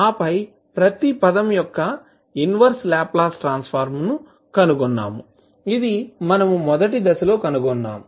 ఆపై ప్రతి పదం యొక్క ఇన్వర్స్ లాప్లాస్ ట్రాన్స్ ఫార్మ్ ను కనుగొన్నాము ఇది మనము మొదటి దశలో కనుగొన్నాము